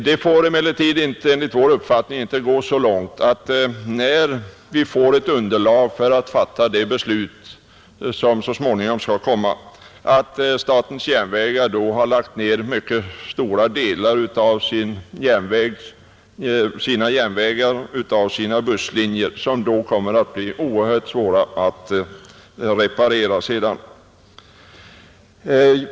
Det får emellertid enligt vår uppfattning inte gå så långt att statens järnvägar, när vi får ett underlag för att fatta det beslut som så småningom skall komma, redan har lagt ned mycket stora delar av sina järnvägar och busslinjer. Detta skulle bli oerhört svårt att reparera.